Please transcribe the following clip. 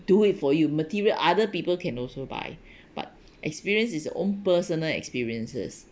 do it for you material other people can also buy but experience is own personal experiences